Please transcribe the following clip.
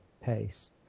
pace